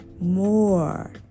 more